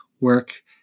work